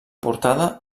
portada